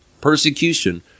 Persecution